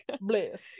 Bless